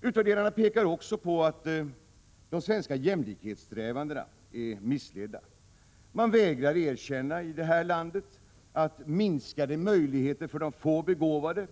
Utvärderarna pekar också på att de svenska jämlikhetssträvandena är missledande. Vi vägrar att erkänna i det här landet att minskade möjligheter för de få begåvade